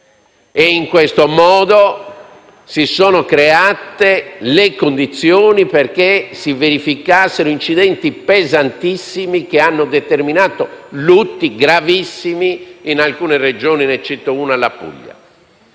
In questo modo, si sono create le condizioni perché si verificassero incidenti pesantissimi, che hanno determinato lutti gravissimi in alcune Regioni. Ne cito una: la Puglia.